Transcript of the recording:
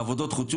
העבודות חודשו.